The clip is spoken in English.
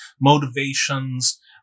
motivations